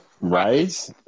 Right